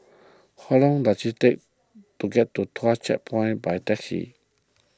how long does it take to get to Tuas Checkpoint by taxi